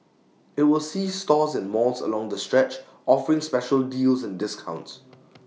IT will see stores and malls along the stretch offering special deals and discounts